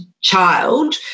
child